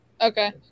Okay